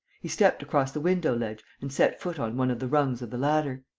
he stepped across the window-ledge and set foot on one of the rungs of the ladder.